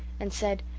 and said,